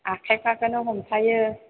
आखायफोरखौनो हमथायो